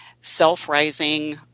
self-rising